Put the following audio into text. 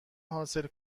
حاصل